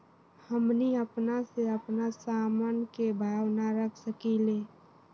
हमनी अपना से अपना सामन के भाव न रख सकींले?